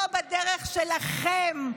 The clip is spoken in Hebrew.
לא בדרך שלכם,